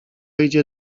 idzie